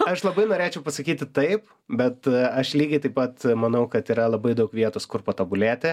aš labai norėčiau pasakyti taip bet aš lygiai taip pat manau kad yra labai daug vietos kur patobulėti